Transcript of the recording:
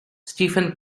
stephen